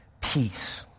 peace